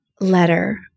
letter